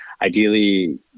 ideally